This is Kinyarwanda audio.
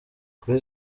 kuri